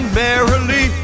merrily